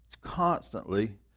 constantly